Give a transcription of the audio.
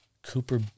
cooper